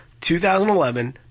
2011